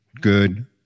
good